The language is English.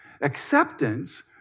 Acceptance